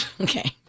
okay